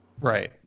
Right